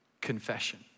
confession